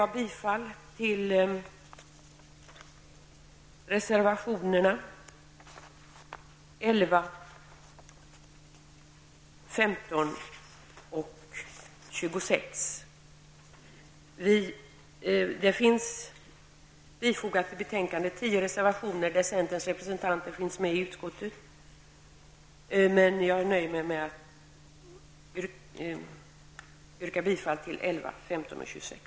Tio av de reservationer som fogats till betänkandet har centerns representanter i utskottet ställt sig bakom, men jag nöjer mig med att yrka bifall till reservationerna 11, 15 och 26.